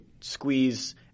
squeeze